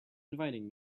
inviting